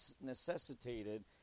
necessitated